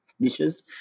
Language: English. dishes